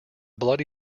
bloody